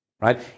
right